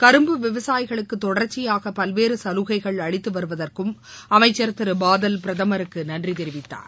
கரும்பு விவசாயிகளுக்கு தொடர்ச்சியாக பல்வேறு சலுகைகள் அளித்து வருவதற்கும் அமைச்சர் திரு பாதல் பிரதமருக்கு நன்றி தெரிவித்தார்